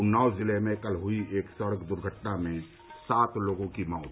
उन्नाव जिले में कल हई एक सड़क द्र्घटना में सात लोगों की मौत